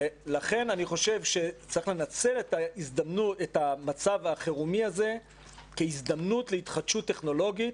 לכן אני חושב שצריך לנצל את מצב החירום הזה כהזדמנות להתחדשות טכנולוגית